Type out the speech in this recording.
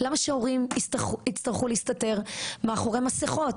למה שהורים יצטרכו להסתתר מאחורי מסכות?